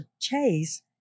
chase